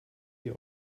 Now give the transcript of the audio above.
die